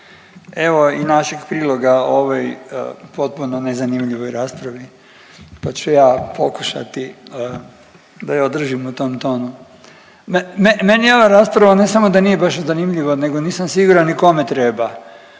evo i našeg priloga ovoj potpuno nezanimljivoj raspravi, pa ću ja pokušati da je održim na tom tonu. Ne, ne, njihova rasprava ne samo da nije baš zanimljiva nego nisam siguran i kome treba,